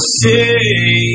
say